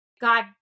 God